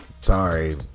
sorry